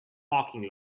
parking